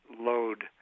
load